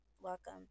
Welcome